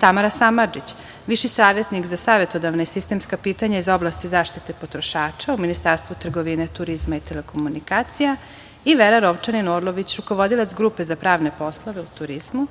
Tamara Samardžić, viši savetnik za savetodavna i sistemska pitanja iz oblasti zaštite potrošača u Ministarstvu trgovine, turizma i telekomunikacija i Vera Rovčanin Orlović, rukovodilac grupe za pravne poslove u turizmu.